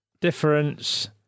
Difference